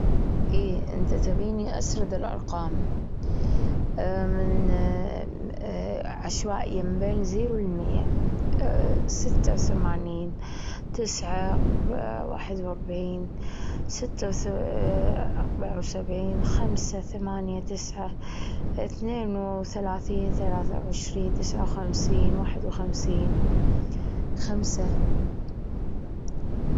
إي أنت تبيني أسرد الأرقام، من عشوائي من بين زيرو لمية، ستة وثمانين، تسعة، واحد وأربعين، ستة وث- أربعة وسبعين، خمسة، ثمانية، تسعة، اثنين وثلاثين، ثلاثة وعشرين، تسعة وخمسين، واحد وخمسين، خمسة.